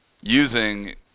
using